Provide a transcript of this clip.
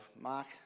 Mark